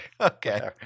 Okay